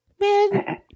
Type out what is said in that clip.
Man